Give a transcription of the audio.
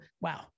wow